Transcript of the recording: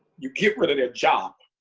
you get rid of their job.